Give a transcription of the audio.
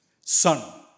Son